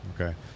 Okay